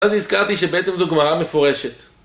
אז הזכרתי שבעצם זו גמרא מפורשת